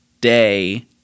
day